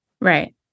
Right